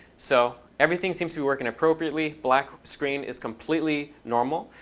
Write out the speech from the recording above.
so everything seems to working appropriately. black screen is completely normal.